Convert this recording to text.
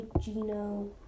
Gino